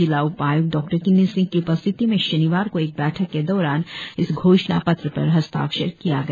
जिला उपाय्क्त डॉ किन्नी सिंह की उपस्थिती में शनिवार को एक बैठक के दौरान इस घोषणा पत्र भी हस्ताक्षक किया गया